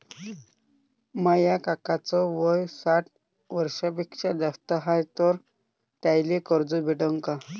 माया काकाच वय साठ वर्षांपेक्षा जास्त हाय तर त्याइले कर्ज भेटन का?